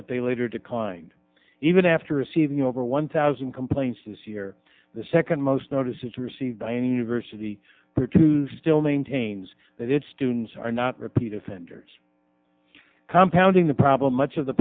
but they later declined even after receiving over one thousand complaints this year the second most notices received dining diversity two still maintains that its students are not repeat offenders come pounding the problem much of the